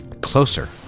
Closer